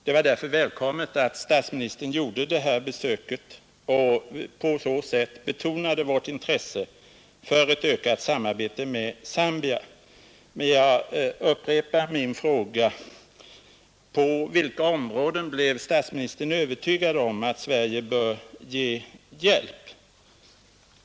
Det var därför välkommet att statsministern gjorde det här besöket och på så sätt betonade vårt intresse för ett ökat samarbete med Zambia. Jag upprepar min fråga: På vilka områden blev statsministern övertygad om att Sverige bör ge hjälp?